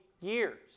years